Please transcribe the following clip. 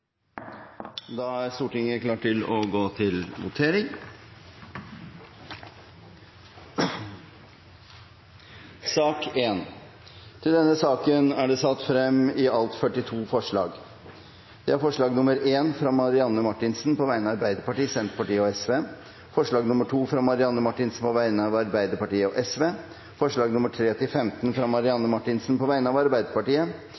Da er Stortinget klar til å gå til votering. Under debatten er det satt frem i alt 42 forslag. Det er forslag nr. 1, fra Marianne Marthinsen på vegne av Arbeiderpartiet, Senterpartiet og Sosialistisk Venstreparti forslag nr. 2, fra Marianne Marthinsen på vegne av Arbeiderpartiet og Sosialistisk Venstreparti forslagene nr. 3–15, fra Marianne Marthinsen på vegne av Arbeiderpartiet